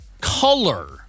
color